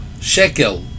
Shekel